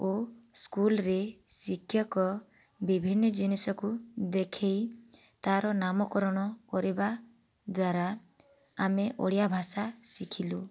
ସ୍କୁଲ୍ରେ ଶିକ୍ଷକ ବିଭିନ୍ନ ଜିନିଷକୁ ଦେଖେଇ ତାର ନାମକରଣ କରିବାଦ୍ୱାରା ଆମେ ଓଡ଼ିଆ ଭାଷା ଶିଖିଲୁ